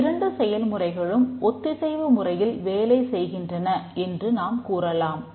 இந்த இரண்டு செயல்முறைகளும் ஒத்திசைவு முறையில் வேலை செய்கின்றன என்று நாம் கூறலாம்